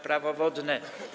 Prawo wodne.